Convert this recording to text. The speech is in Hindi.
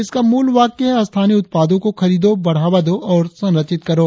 इसका मूल वाक्य है स्थानीय उत्पादो को खरीदो बढ़ावा दो और संरक्षित करो